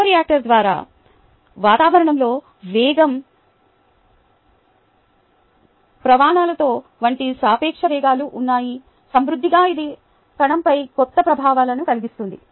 బయోరియాక్టర్లోని ద్రవ వాతావరణంలో వేగం ప్రవణతలు వంటి సాపేక్ష వేగాలు ఉన్నాయిసమృద్ధిగా ఇది కణంపై కోత ప్రభావాలను కలిగిస్తుంది